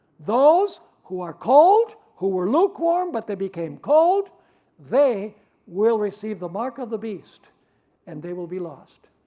those who are cold who were lukewarm, but they became cold they will receive the mark of the beast and they will be lost.